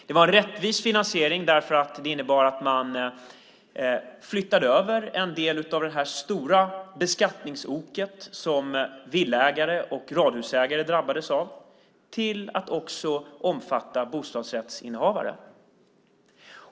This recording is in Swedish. Det var en rättvis finansiering därför att det innebar att man flyttade över en del av det stora beskattningsok som villa och radhusägare drabbades av till att också omfatta bostadsrättsinnehavare.